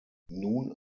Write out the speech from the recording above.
nun